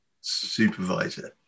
supervisor